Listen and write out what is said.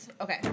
Okay